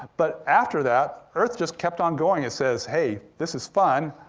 but after that, earth just kept on going. it says, hey, this is fun,